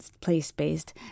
place-based